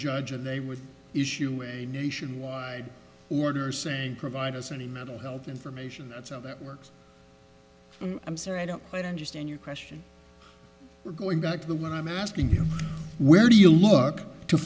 judge and they would issue a nationwide order saying provide us any mental health information that's how that works i'm sorry i don't quite understand your question we're going back to the one i'm asking you where do you look to